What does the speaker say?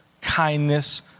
kindness